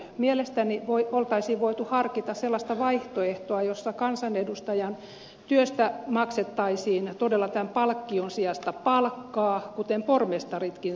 mielestäni olisi voitu harkita sellaista vaihtoehtoa jossa kansanedustajan työstä maksettaisiin todellakin palkkion sijasta palkkaa kuten pormestaritkin saavat